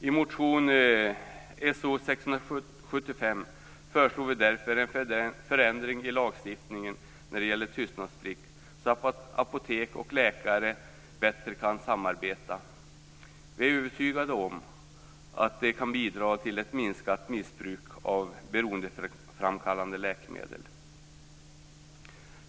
I motion So675 föreslår vi därför en förändring i lagstiftningen när det gäller tystnadsplikten, så att apotek och läkare bättre kan samarbeta. Vi är övertygade om att det kan bidra till ett minskat missbruk av beroendeframkallande läkemedel.